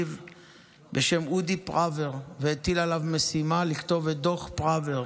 בשם אודי פראוור והטיל עליו משימה לכתוב את דוח פראוור